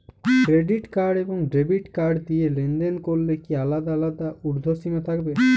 Credit card এবং debit card দিয়ে লেনদেন করলে কি আলাদা আলাদা ঊর্ধ্বসীমা থাকবে?